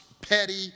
petty